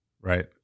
Right